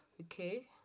okay